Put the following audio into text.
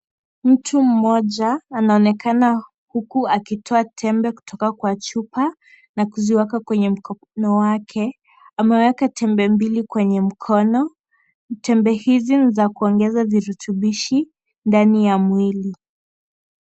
Mtu mmoja anaonekana huku akitoa tembe kutoka kwa chupa na kuziweka kwenye mkono wake, ameweka tembe mbili kwenye mkono, tembe hizi ni za kuongeza virutubishi ndani ya mwili.